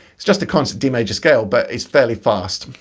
it's just a concert d major scale, but it's fairly fast.